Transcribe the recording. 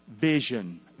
Vision